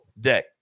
day